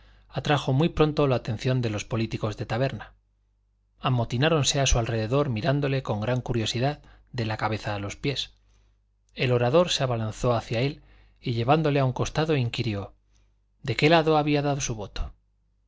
atrajo muy pronto la atención de los políticos de taberna amotináronse a su alrededor mirándole con gran curiosidad de la cabeza a los pies el orador se abalanzó hacia él y llevándole a un costado inquirió de qué lado había dado su voto